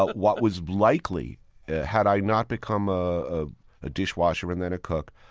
what was likely had i not become ah ah a dishwasher and then a cook,